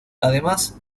además